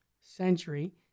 century